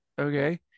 okay